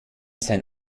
sein